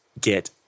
get